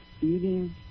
eating